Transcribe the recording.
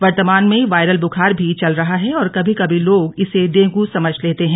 वर्तमान मे वायरल बुखार भी चल रहा है और कभी कभी लोग इसे डेंगू समझ लेते हैं